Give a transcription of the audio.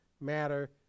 matter